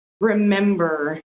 remember